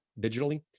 digitally